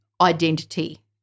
identity